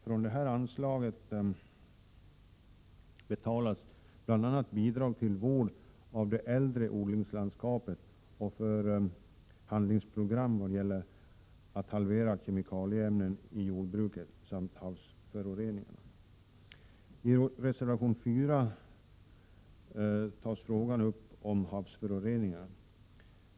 Från det här anslaget betalas bl.a. bidrag till vård av det äldre odlingslandskapet och kostnader för handlingsprogrammet när det gäller att halvera kemikalieanvändningen i jordbruket samt havsföroreningarna. I reservation 4 tar man upp frågor om havsföroreningarna.